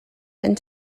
and